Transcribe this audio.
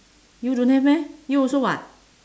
you don't have meh you also [what]